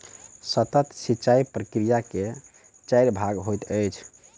सतह सिचाई प्रकिया के चाइर भाग होइत अछि